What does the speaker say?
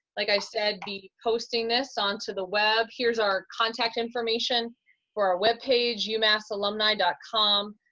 like i said, be posting this onto the web. here's our contact information for our web page, umassalumni and com.